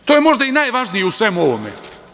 Naime, to je možda i najvažnije u svemu ovome.